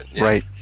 Right